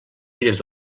illes